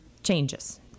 changes